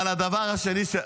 אבל הדבר השני,